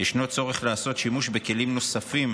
יש צורך לעשות שימוש בכלים נוספים,